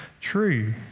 true